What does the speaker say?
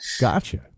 Gotcha